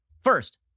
First